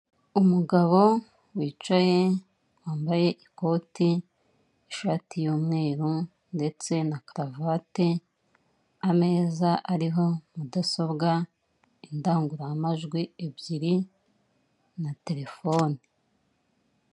Umugabo wicaye, wambaye ikoti, ishati y'umweru ndetse na karuvate, ameza ariho mudasobwa, indangururamajwi ebyiri na terefone.